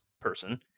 person